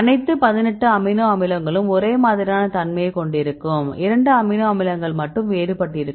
அனைத்து 18 அமினோ அமிலங்களும் ஒரே மாதிரியான தன்மையைக் கொண்டிருக்கும் இரண்டு அமினோ அமிலங்கள் மட்டும் வேறுபட்டிருக்கும்